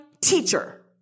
teacher